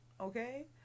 okay